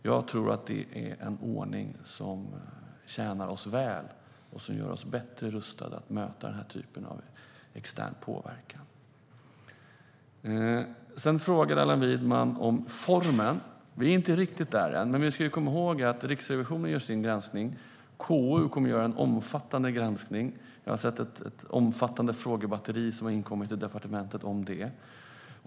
Jag tror att det är en ordning som tjänar oss väl och som gör oss bättre rustade att möta den här typen av extern påverkan. Allan Widman frågade om formen. Vi är inte riktigt där än. Men vi ska komma ihåg att Riksrevisionen gör sin granskning och att KU kommer att göra en omfattande granskning. Jag har sett ett omfattande frågebatteri som inkommit till departementet om det.